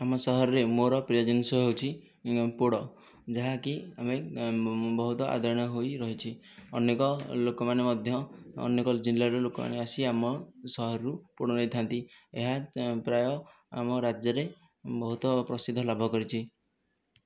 ଆମ ସହରରେ ମୋର ପ୍ରିୟ ଜିନିଷ ହେଉଛି ପୋଡ଼ ଯାହାକି ଆମେ ବହୁତ ଆଦରଣୀୟ ହୋଇ ରହିଛି ଅନେକ ଲୋକମାନେ ମଧ୍ୟ ଅନେକ ଜିଲ୍ଲାରୁ ଲୋକମାନେ ଆସି ଆମ ସହରରୁ ପୋଡ଼ ନେଇଥାନ୍ତି ଏହା ପ୍ରାୟ ଆମ ରାଜ୍ୟରେ ବହୁତ ପ୍ରସିଦ୍ଧ ଲାଭ କରିଛି